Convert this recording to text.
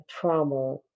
trauma